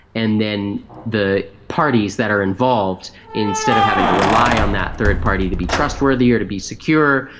and then the parties that are involved, instead of having to rely on that third party to be trustworthy or to be secure,